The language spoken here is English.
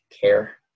care